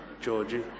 Georgie